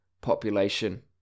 population